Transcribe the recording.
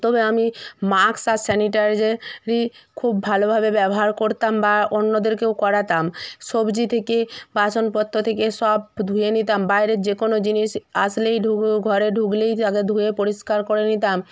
তবে আমি মাস্ক আর স্যানিটাইজারই খুব ভালোভাবে ব্যবহার করতাম বা অন্যদেরকেও করাতাম সবজি থেকে বাসনপত্র থেকে সব ধুয়ে নিতাম বাইরের যে কোনো জিনিস আসলেই ঘরে ঢুকলেই তাকে ধুয়ে পরিষ্কার করে নিতাম